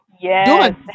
Yes